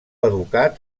educat